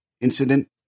incident